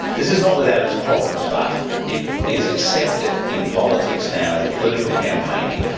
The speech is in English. this is not without its problems, but it is accepted in politics now, in political campaigning,